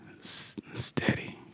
steady